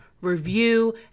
review